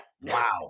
wow